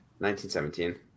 1917